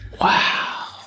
Wow